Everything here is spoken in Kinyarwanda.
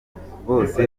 bose